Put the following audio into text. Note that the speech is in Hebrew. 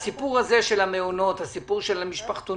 כלומר, ההורים שהעלו להם בין 80 ל-130 שקלים